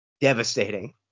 Devastating